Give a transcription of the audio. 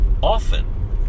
often